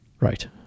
Right